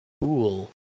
cool